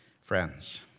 friends